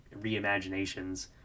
reimaginations